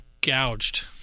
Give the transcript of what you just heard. gouged